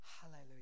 Hallelujah